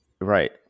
Right